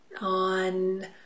on